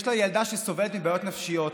יש לה ילדה שסובלת מבעיות נפשיות.